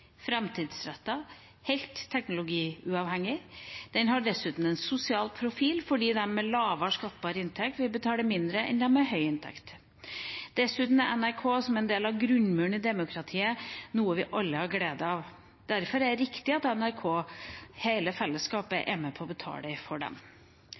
helt teknologiuavhengig. Den har dessuten en sosial profil, fordi de med lavere skattbar inntekt vil betale mindre enn dem med høy inntekt. Dessuten er NRK, som en del av grunnmuren i demokratiet, noe vi alle har glede av. Derfor er det riktig at hele fellesskapet